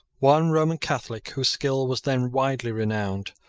one roman catholic, whose skill was then widely renowned,